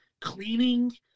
cleaning